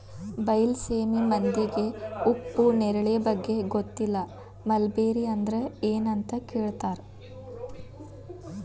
ಬೈಲಸೇಮಿ ಮಂದಿಗೆ ಉಪ್ಪು ನೇರಳೆ ಬಗ್ಗೆ ಗೊತ್ತಿಲ್ಲ ಮಲ್ಬೆರಿ ಅಂದ್ರ ಎನ್ ಅಂತ ಕೇಳತಾರ